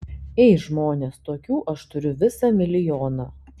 ei žmonės tokių aš turiu visą milijoną